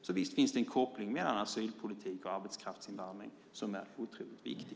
Så visst finns det en koppling mellan asylpolitik och arbetskraftsinvandring som är otroligt viktig.